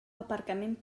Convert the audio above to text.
aparcament